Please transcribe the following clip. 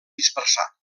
dispersar